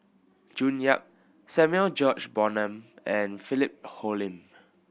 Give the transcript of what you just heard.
June Yap Samuel George Bonham and Philip Hoalim